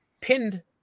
pinned